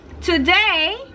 today